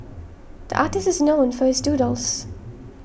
the artist is known for his doodles